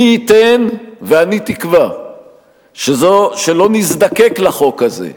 מי ייתן, ואני תקווה שלא נזדקק לחוק הזה,